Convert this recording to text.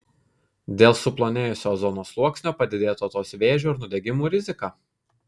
dėl suplonėjusio ozono sluoksnio padidėtų odos vėžio ir nudegimų rizika